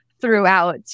throughout